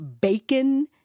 bacon